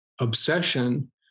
obsession